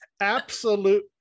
absolute